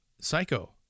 Psycho